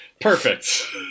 Perfect